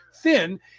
thin